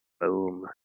Boom